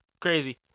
crazy